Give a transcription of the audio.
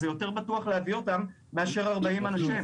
יותר בטוח להביא אותם מאשר 40 אנשים.